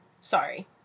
Sorry